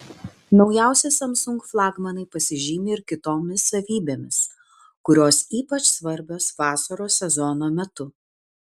naujausi samsung flagmanai pasižymi ir kitoms savybėmis kurios ypač svarbios vasaros sezono metu